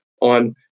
on